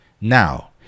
Now